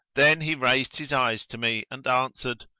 then he raised his eyes to me and answered,